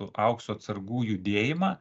aukso atsargų judėjimą